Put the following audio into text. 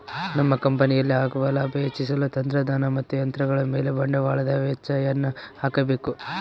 ನಮ್ಮ ಕಂಪನಿಯಲ್ಲಿ ಆಗುವ ಲಾಭ ಹೆಚ್ಚಿಸಲು ತಂತ್ರಜ್ಞಾನ ಮತ್ತು ಯಂತ್ರಗಳ ಮೇಲೆ ಬಂಡವಾಳದ ವೆಚ್ಚಯನ್ನು ಹಾಕಬೇಕು